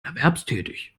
erwerbstätig